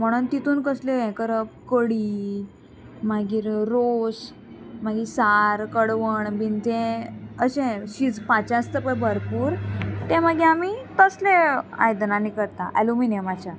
म्हणोन तितून कसले हे करप कडी मागीर रोस मागीर सार कडवण बीन तें अशें शिजपाचें आसता पळय भरपूर तें मागीर आमी तसलें आयदनांनी करता एल्युमिनियमाच्या